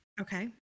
Okay